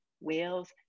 whales